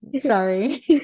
Sorry